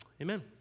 Amen